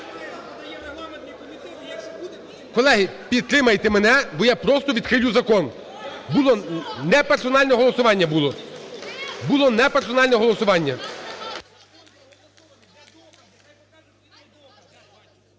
Колеги, підтримайте мене, бо я просто відхилю закон. Неперсональне голосування